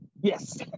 Yes